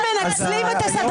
היא ממלאת את העבודה שלה.